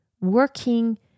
working